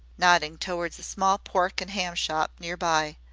nodding toward a small pork and ham shop near by.